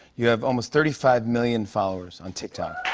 you have almost thirty five million followers on tiktok.